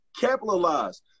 capitalize